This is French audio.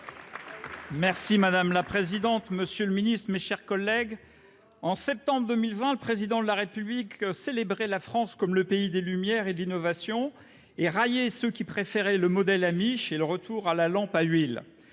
Merci madame la présidente. Monsieur le Ministre, mes chers collègues, en septembre 2020, le président de la République célébrer la France comme le pays des lumières et de l'innovation et raillé ceux qui préféraient le modèle Amish et le retour à la lampe à huile.